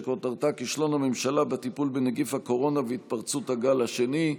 שכותרתה: כישלון הממשלה בטיפול בנגיף הקורונה והתפרצות הגל השני.